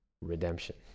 redemption